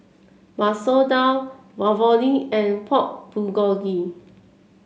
Masoor Dal Ravioli and Pork Bulgogi